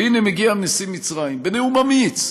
והנה מגיע נשיא מצרים, בנאום אמיץ,